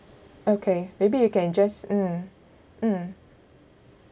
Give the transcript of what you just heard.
okay maybe you can just mm mm